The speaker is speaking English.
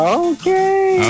okay